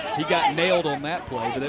he got nailed on that play.